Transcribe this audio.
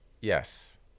Yes